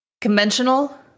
Conventional